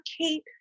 Kate